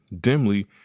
dimly